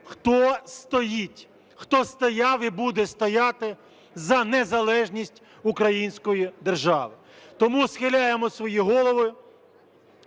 хто стоїть, хто стояв і буде стояти за незалежність української держави. Тому схиляємо свої голови